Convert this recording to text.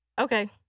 Okay